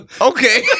Okay